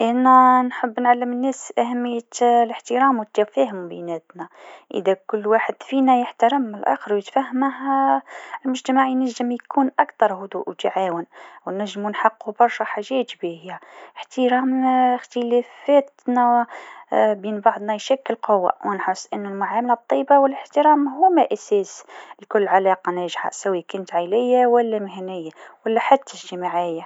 المعتقد المهم هو أنه كل واحد عنده قيمة. يجب نحب ونحترم بعضنا، مهما كان الاختلاف. التعاون والاحترام يخلقوا مجتمع أفضل. لازم نتعلموا من بعضنا ونساعدوا بعضنا.